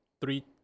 three